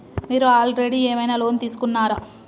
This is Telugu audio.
మీరు ఆల్రెడీ ఏమైనా లోన్ తీసుకున్నారా?